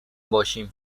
باشیم